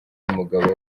umugabo